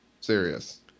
serious